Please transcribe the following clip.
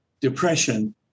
depression